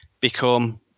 become